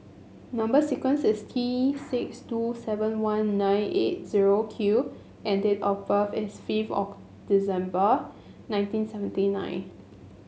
number sequence is T six two seven one nine eight zero Q and date of birth is fifth of December nineteen seventy nine